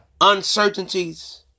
uncertainties